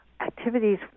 activities